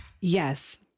yes